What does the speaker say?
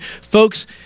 Folks